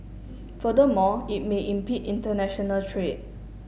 furthermore it may impede international trade